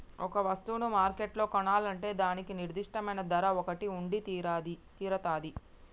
ఒక వస్తువును మార్కెట్లో కొనాలంటే దానికి నిర్దిష్టమైన ధర ఒకటి ఉండితీరతాది